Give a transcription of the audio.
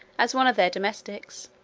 as one of their domestics